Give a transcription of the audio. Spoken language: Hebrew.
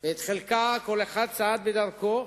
ואת חלקה כל אחד צעד בדרכו,